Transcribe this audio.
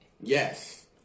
yes